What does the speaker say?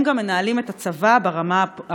הם גם מנהלים את הצבא ברמה האופרטיבית.